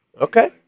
Okay